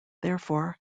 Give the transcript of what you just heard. therefore